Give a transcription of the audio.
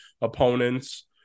opponents